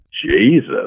Jesus